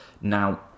Now